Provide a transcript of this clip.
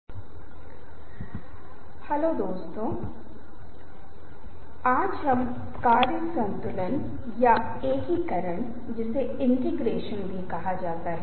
नमस्कार दोस्तों पिछली बात में हमने अनुनय की कला के बारे में बात की थी और हम इसे जारी रखते हैं जो इस सत्र में आपके साथ साझा किया गया है और हम जो देख रहे हैं पिछले सत्र में हमने जो शुरू किया था वह रवैया था